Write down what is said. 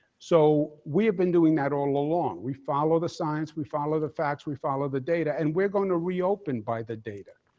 so we have been doing that all along. we follow the science, we follow the facts, we follow the data, and we're going to reopen by the data.